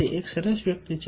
તે એક સરસ વ્યક્તિ છે